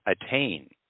attain